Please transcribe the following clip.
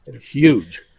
huge